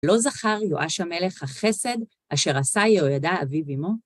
לא זכר יואש המלך החסד אשר עשה יהוידע אביו עמו